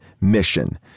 mission